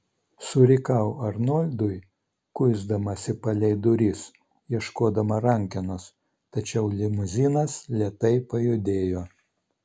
surikau arnoldui kuisdamasi palei duris ieškodama rankenos tačiau limuzinas lėtai pajudėjo